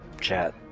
chat